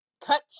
touch